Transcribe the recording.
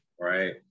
right